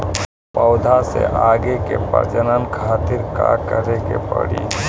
पौधा से आगे के प्रजनन खातिर का करे के पड़ी?